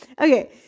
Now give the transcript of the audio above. okay